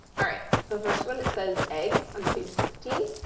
all right, the first one it says eggs on page sixteen.